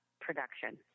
production